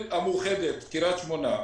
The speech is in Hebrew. קריית שמונה,